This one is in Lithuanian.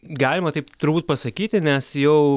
galima taip turbūt pasakyti nes jau